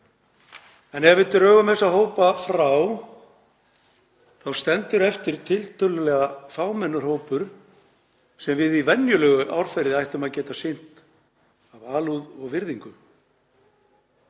Ef við drögum þessa hópa frá þá stendur eftir tiltölulega fámennur hópur sem við ættum í venjulegu árferði að geta sinnt af alúð og virðingu.